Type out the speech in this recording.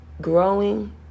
growing